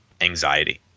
anxiety